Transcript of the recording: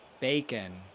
bacon